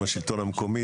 עם השלטון המקומי.